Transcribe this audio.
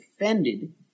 offended